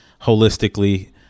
holistically